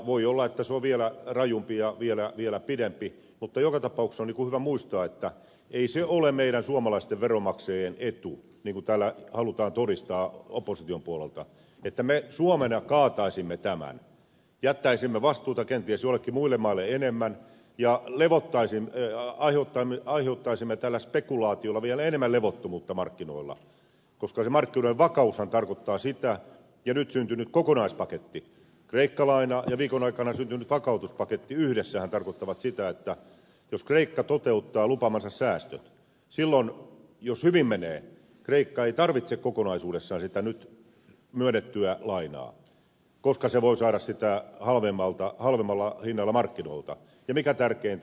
voi olla että se on vielä rajumpi ja vielä pidempi mutta joka tapauksessa on hyvä muistaa että ei se ole meidän suomalaisten veronmaksajien etu niin kuin täällä halutaan todistaa opposition puolelta että me suomena kaataisimme tämän jättäisimme vastuuta kenties joillekin muille maille enemmän ja aiheuttaisimme tällä spekulaatiolla vielä enemmän levottomuutta markkinoilla koska se markkinoiden vakaushan tarkoittaa sitä ja nyt syntynyt kokonaispaketti kreikka laina ja viikon aikana syntynyt vakautuspaketti yhdessä että jos kreikka toteuttaa lupaamansa säästöt niin silloin jos hyvin menee kreikka ei tarvitse kokonaisuudessaan sitä nyt myönnettyä lainaa koska se voi saada sitä halvemmalla hinnalla markkinoilta ja mikä tärkeintä